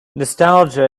nostalgia